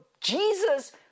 Jesus